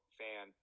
fan